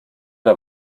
der